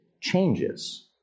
changes